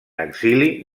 exili